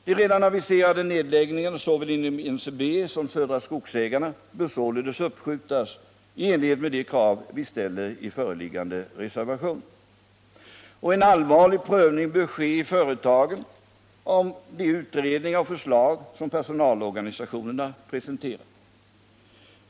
De redan aviserade nedläggningarna såväl inom NCB som inom Södra Skogsägarna bör således uppskjutas i enlighet med de krav vi ställer i föreliggande reservation, och en allvarlig prövning bör ske i företagen av de utredningar och förslag som personalorganisationerna presenterar.